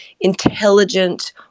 intelligent